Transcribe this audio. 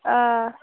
آ